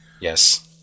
Yes